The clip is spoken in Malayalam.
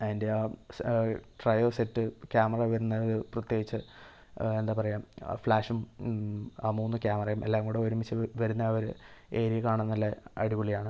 അതിൻ്റെ ആ ട്രയോ സെറ്റ് ക്യാമറ വരുന്നത് പ്രത്യേകിച്ച് എന്താ പറയാ ഫ്ളാഷും ആ മൂന്ന് ക്യാമറയും എല്ലാം കൂടെ ഒരുമിച്ച് വരുന്ന ആ ഒരു ഏരിയ കാണാൻ നല്ല അടിപൊളി ആണ്